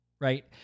Right